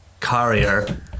Carrier